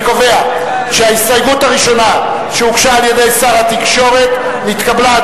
אני קובע שההסתייגות הראשונה שהוגשה על-ידי שר התקשורת התקבלה,